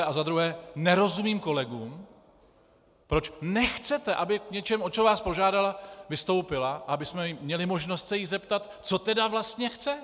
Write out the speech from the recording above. A za druhé nerozumím kolegům, proč nechcete, aby k něčemu, o co vás požádala, vystoupila a abychom měli možnost se jí zeptat, co tedy vlastně chce.